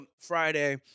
Friday